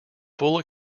full